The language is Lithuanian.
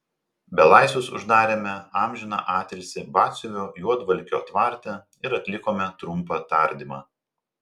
belaisvius uždarėme amžiną atilsį batsiuvio juodvalkio tvarte ir atlikome trumpą tardymą